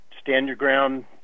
stand-your-ground